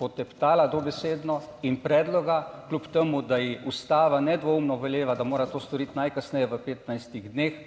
poteptala dobesedno in predloga, kljub temu, da ji Ustava nedvomno veleva, da mora to storiti **51. TRAK: